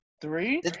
Three